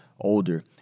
older